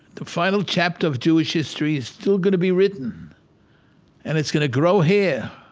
the final chapter of jewish history is still going to be written and it's going to grow hair